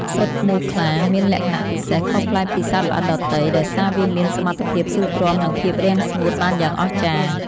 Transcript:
ស៊ុតមូសខ្លាមានលក្ខណៈពិសេសខុសប្លែកពីសត្វល្អិតដទៃ ដោយសារវាមានសមត្ថភាពស៊ូទ្រាំនឹងភាពរាំងស្ងួតបានយ៉ាងអស្ចារ្យ។